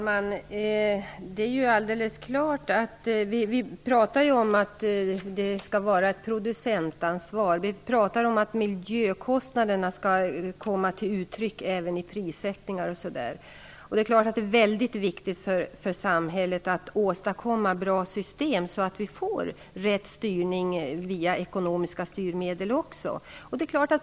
Fru talman! Vi talar om ett producentansvar, om att miljökostnaderna skall komma till uttryck även i prissättningar osv., och det är mycket viktigt för samhället att åstadkomma bra system som styr i rätt riktning, också via ekonomiska styrmedel.